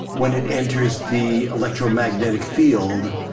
when it enters the electromagnetic field,